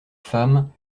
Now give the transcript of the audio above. femme